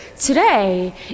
today